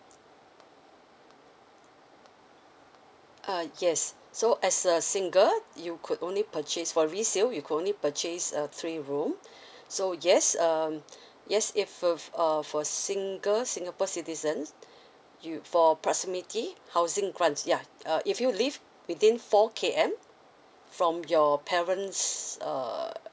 uh yes so as a single you could only purchase for resale you could only purchase a three room so yes um yes if uh for uh for singles singapore citizens you for proximity housing grants ya uh if you live within four K_M from your parents' uh